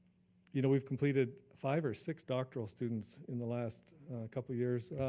you know we've completed five or six doctoral students in the last couple of years.